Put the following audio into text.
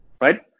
right